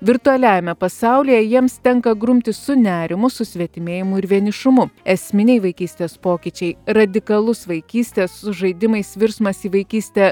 virtualiajame pasaulyje jiems tenka grumtis su nerimu susvetimėjimu ir vienišumu esminiai vaikystės pokyčiai radikalus vaikystės su žaidimais virsmas į vaikystę